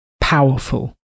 powerful